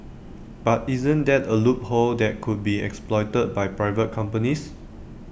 but isn't that A loophole that could be exploited by private companies